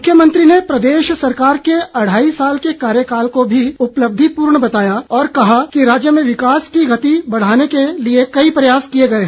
मुख्यमंत्री ने प्रदेश सरकार के अढ़ाई साल के कार्यकाल को भी उपलब्धिपूर्ण बताया और कहा कि राज्य में विकास की गति बढ़ाने के लिए कई प्रयास किए गए हैं